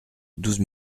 douze